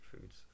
foods